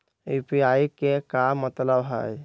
UPI के का मतलब हई?